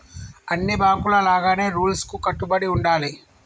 అన్ని బాంకుల లాగానే రూల్స్ కు కట్టుబడి ఉండాలి